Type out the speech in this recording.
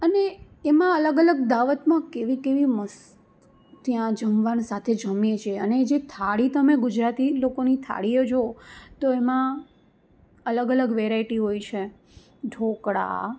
અને એમાં અલગ અલગ દાવતમાં કેવી કેવી મસ્ત ત્યાં જમવાનું સાથે જમીએ છીએ અને જે થાળી તમે ગુજરાતી લોકોની થાળીઓ જુઓ તો એમાં અલગ અલગ વેરાયટી હોય છે ઢોકળા